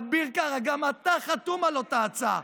ואביר קארה, גם אתה חתום על אותה הצעה.